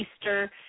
Easter